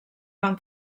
van